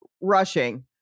rushing